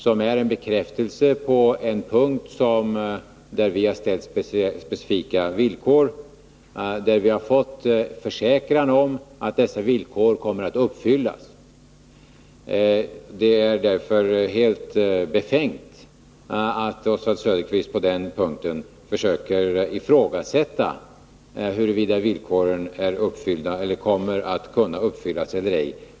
Det gäller alltså en punkt där vi har uppställt specifika villkor. Beskedet är en försäkran om att dessa villkor kommer att uppfyllas. Det är därför helt befängt att Oswald Söderqvist på denna punkt försöker ifrågasätta huruvida villkoren kommer att kunna uppfyllas eller ej.